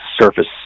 surface